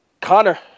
Connor